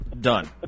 done